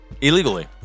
Illegally